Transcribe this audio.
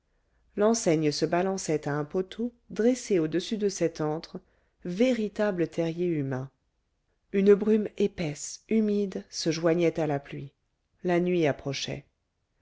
l'enseigne se balançait à un poteau dressé au-dessus de cet antre véritable terrier humain une brume épaisse humide se joignait à la pluie la nuit approchait